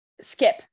Skip